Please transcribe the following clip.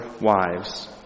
wives